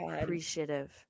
appreciative